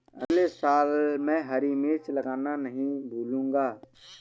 अगले साल मैं हरी मिर्च लगाना नही भूलूंगा